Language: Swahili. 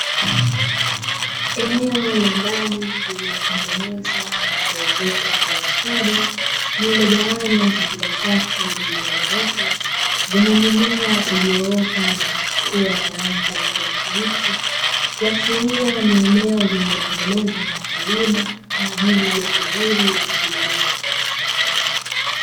Eneo la ndani lililotengenezwa na kuezekwa kwa ustadi, lililogawanywa katika safu zilizonyooka zenye mimea iliyoota na kuchipua kwa rangi ya kijani kibichi, kuashiria ni eneo lililotengenezwa na wakulima kwa ajili ya shughuli za kilimo.